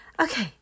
Okay